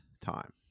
time